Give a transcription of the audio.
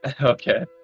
Okay